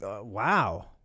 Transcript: wow